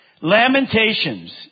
Lamentations